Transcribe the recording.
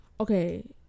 Okay